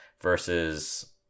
versus